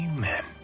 Amen